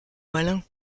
malin